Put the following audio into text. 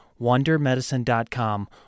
wondermedicine.com